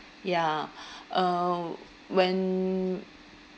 ya uh when